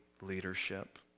leadership